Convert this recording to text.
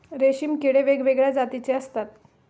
रेशीम किडे वेगवेगळ्या जातीचे असतात